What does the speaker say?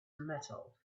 metal